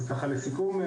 אז לסיכום: